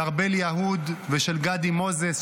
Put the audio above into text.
של ארבל יהוד ושל גדי מוזס,